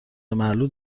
معلول